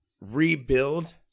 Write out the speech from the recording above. rebuild